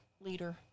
leader